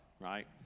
right